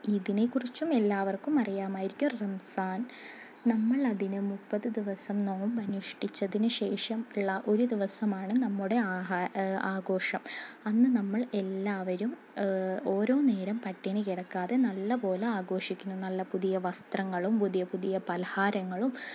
ഈദിനെക്കുറിച്ചും എല്ലാവർക്കും അറിയാമായിരിക്കും റംസാൻ നമ്മൾ അതിന് മുപ്പത് ദിവസം നോമ്പ് അനുഷ്ഠിച്ചതിന് ശേഷം ഉള്ള ഒരു ദിവസമാണ് നമ്മുടെ ആഘോഷം അന്ന് നമ്മൾ എല്ലാവരും ഓരോ നേരം പട്ടിണി കിടക്കാതെ നല്ല പോലെ ആഘോഷിക്കുന്നു നല്ല പുതിയ വസ്ത്രങ്ങളും പുതിയ പുതിയ പലഹാരങ്ങളും